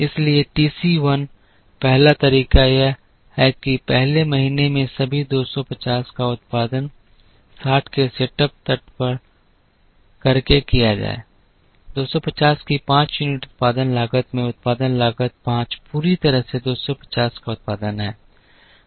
इसलिए टीसी 1 पहला तरीका यह है कि पहले महीने में सभी 250 का उत्पादन 60 के सेटअप तट पर करके किया जाए 250 की 5 यूनिट उत्पादन लागत में उत्पादन लागत 5 पूरी तरह से 250 का उत्पादन होता है